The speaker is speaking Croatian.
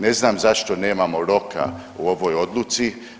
Ne znam zašto nemamo roka u ovoj odluci?